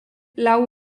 lau